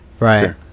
Right